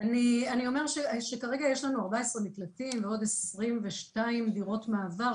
אני אומר רק שכרגע יש לנו 14 מקלטים לנשים מוכות ועוד כ-22 דירות מעבר,